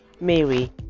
Mary